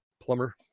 plumber